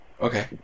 Okay